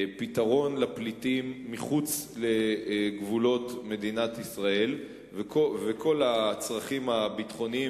פתרון לפליטים מחוץ לגבולות מדינת ישראל וכל הצרכים הביטחוניים